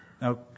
Now